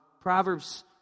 Proverbs